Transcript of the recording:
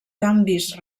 canvis